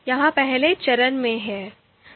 यह पहले चरण में है